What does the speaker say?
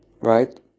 Right